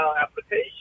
application